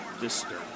disturbing